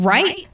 Right